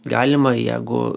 galima jeigu